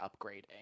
upgrading